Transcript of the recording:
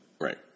Right